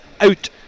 out